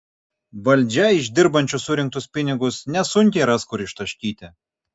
valdžia iš dirbančių surinktus pinigus nesunkiai ras kur ištaškyti